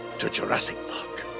tojurassic park.